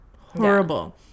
horrible